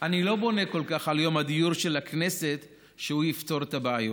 אני לא בונה כל כך על יום הדיור של הכנסת שהוא יפתור את הבעיות.